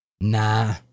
Nah